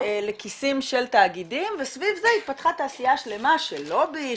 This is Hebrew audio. לכיסים של תאגידים וסביב זה התפתחה תעשיה שלמה של לובי,